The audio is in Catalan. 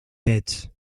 pets